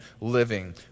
living